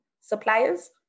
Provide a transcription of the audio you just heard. suppliers